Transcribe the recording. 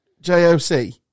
j-o-c